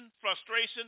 frustration